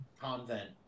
convent